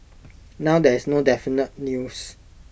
now there is no definite news